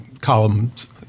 columns